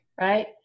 right